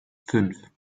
fünf